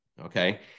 okay